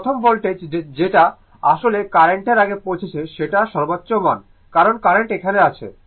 তো প্রথম ভোল্টেজ যেটা আসলে কার্রেন্টের আগে পৌঁছাচ্ছে সেটা সর্বোচ্চ মান কারণ কার্রেন্ট এখানে আছে